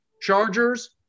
Chargers